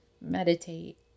meditate